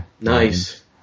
Nice